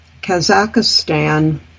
Kazakhstan